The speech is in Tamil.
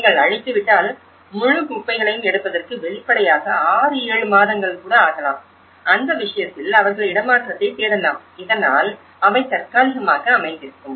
நீங்கள் அழித்துவிட்டால் முழு குப்பைகளையும் எடுப்பதற்கு வெளிப்படையாக 6 7 மாதங்கள் ஆகலாம் அந்த விஷயத்தில் அவர்கள் இடமாற்றத்தைத் தேடலாம் இதனால் அவை தற்காலிகமாக அமைந்திருக்கும்